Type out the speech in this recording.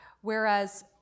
whereas